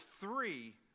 three